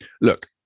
look